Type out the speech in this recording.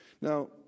Now